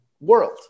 world